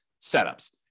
setups